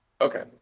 Okay